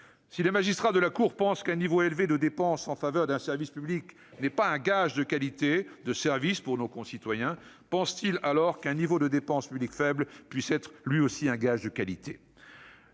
Si les magistrats de la Cour estiment qu'un niveau élevé de dépenses en faveur d'un service public n'est pas un gage de qualité de service pour nos concitoyens, pensent-ils alors qu'un niveau de dépenses publiques faible puisse être lui aussi un gage de qualité ?